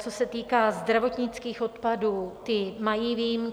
Co se týká zdravotnických odpadů, ty mají výjimky.